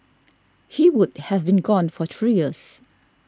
he would have been gone for three years